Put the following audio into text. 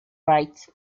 rights